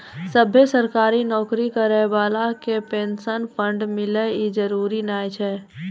सभ्भे सरकारी नौकरी करै बाला के पेंशन फंड मिले इ जरुरी नै होय छै